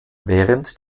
während